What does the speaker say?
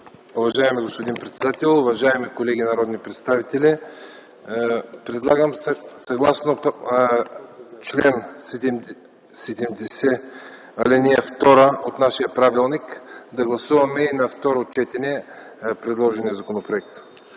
Уважаеми господин председател, уважаеми колеги народни представители! Предлагам съгласно чл. 70, ал. 2 от нашия правилник да гласуваме предложения законопроект